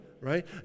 right